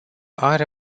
are